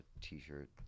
T-shirt